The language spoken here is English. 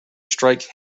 strike